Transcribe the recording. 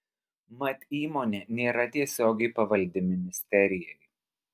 mat įmonė nėra tiesiogiai pavaldi ministerijai